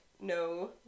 no